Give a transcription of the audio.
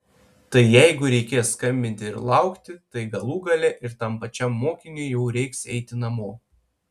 tai jeigu reikės skambinti ir laukti tai galų gale ir tam pačiam mokiniui jau reiks eiti namo